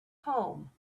home